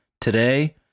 Today